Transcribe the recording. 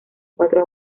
cuatro